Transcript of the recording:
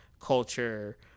culture